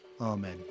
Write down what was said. Amen